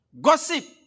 Gossip